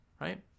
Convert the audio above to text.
Right